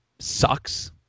Sucks